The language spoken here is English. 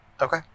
Okay